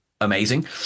amazing